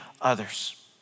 others